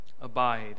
abide